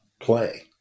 play